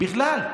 בכלל,